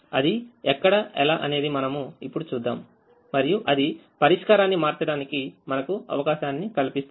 అది ఎక్కడ ఎలా అనేది మనము ఇప్పుడు చూద్దాంమరియుఅది పరిష్కారాన్ని మార్చడానికి మనకు అవకాశాన్ని కల్పిస్తుంది